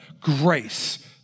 grace